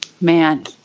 man